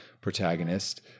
protagonist